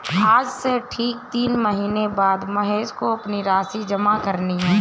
आज से ठीक तीन महीने बाद महेश को अपनी राशि जमा करनी है